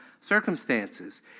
circumstances